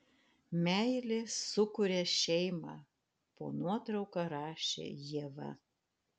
meilė sukuria šeimą po nuotrauka rašė ieva